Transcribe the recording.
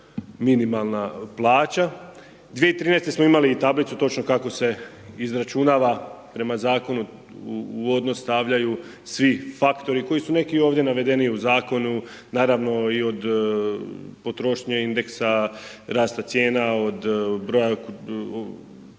minimalna plaća. 2013. smo imali i tablicu točno kako se izračunava prema Zakonu, u odnos stavljaju svi faktori koji su neki i ovdje navedeni u Zakonu, naravno i od potrošnje indeksa, rasta cijena, od broja članova